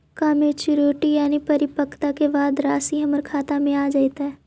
का मैच्यूरिटी यानी परिपक्वता के बाद रासि हमर खाता में आ जइतई?